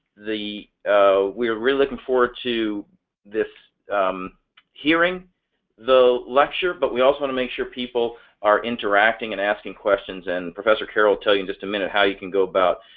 the we're really looking forward to this hearing the lecture but we also want to make sure people are interacting and asking questions and professor carol tell you in just a minute how you can go about?